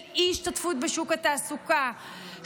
של אי-השתתפות בשוק התעסוקה,